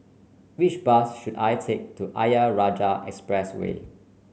which bus should I take to Ayer Rajah Expressway